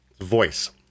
Voice